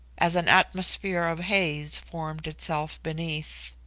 as an atmosphere of haze formed itself beneath.